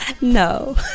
No